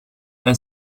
and